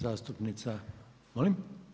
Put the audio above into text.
zastupnica, molim?